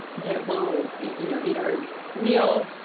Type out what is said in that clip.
that we'll you know eat our meal,